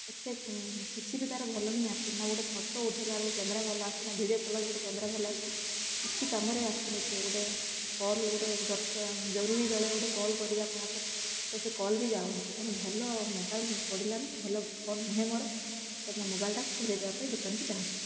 ଏତେ କିଛି ବି ତା'ର ଭଲ ହିଁ ଆସୁନି ନା ଗୋଟେ ଫଟୋ ଉଠାଇଲା ବେଳକୁ କ୍ୟାମେରା ଭଲ ଆସୁଛି ନା ଭିଡ଼ିଓ କଲା ବେଳକୁ ଗୋଟେ କ୍ୟାମେରା ଭଲ ଆସୁଛି କିଛି କାମରେ ଆସୁ ନାହିଁ ସେ ଗୋଟେ କଲ୍ ଗୋଟେ ଦରକାର ଜରୁରୀ ବେଳେ ଗୋଟେ କଲ୍ କରିବା କାହାକୁ ତ ସେ କଲ୍ ବି ଯାଉନି ସେ ତେଣୁ ଭଲ ମୋବାଇଲ୍ ପଡ଼ିଲାନି ଭଲ ଫୋନ୍ ନୁହେଁ ମୋର ତ ମୋ ମୋବାଇଲ୍ଟା ଫେରାଇ ଦେବା ପାଇଁ ଦୋକାନୀକୁ ଚାହୁଁଛି